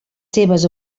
seves